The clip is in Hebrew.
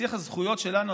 שיח הזכויות שלנו,